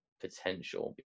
potential